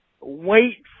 wait